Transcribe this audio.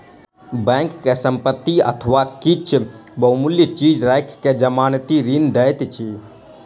bank संपत्ति अथवा किछ बहुमूल्य चीज राइख के जमानती ऋण दैत अछि